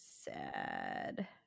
sad